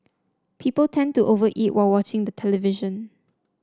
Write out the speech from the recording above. people tend to over eat while watching the television